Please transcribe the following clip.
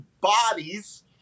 bodies